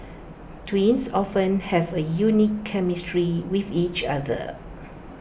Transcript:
twins often have A unique chemistry with each other